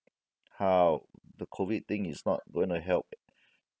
how the COVID thing is not going to help